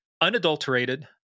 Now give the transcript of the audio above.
unadulterated